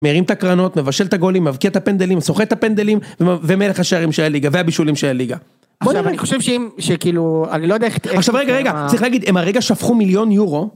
מרים את הקרנות, מבשל את הגולים, מבקיע את הפנדלים, סוחט את הפנדלים, ומלך השערים של הליגה, והבישולים של הליגה. עכשיו אני חושב שאם, שכאילו, אני לא יודע איך... עכשיו רגע רגע, צריך להגיד, הם הרגע שפכו מיליון יורו.